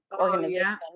organization